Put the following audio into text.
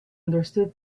understood